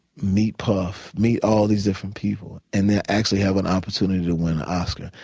meet puff, meet all these different people and then actually have an opportunity to win an oscar?